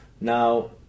Now